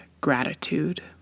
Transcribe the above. gratitude